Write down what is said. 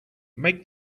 make